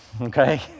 okay